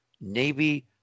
Navy